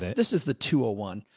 this is the two oh one.